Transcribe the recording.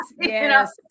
yes